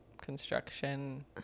Construction